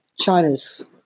China's